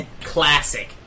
Classic